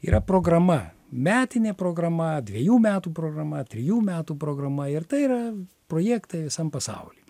yra programa metinė programa dvejų metų programa trijų metų programa ir tai yra projektai visam pasauly